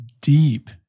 Deep